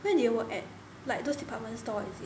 where do you work at like those department store is it